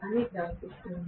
అని ప్రవర్తిస్తుంది